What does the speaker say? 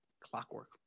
Clockwork